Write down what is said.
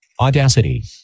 Audacity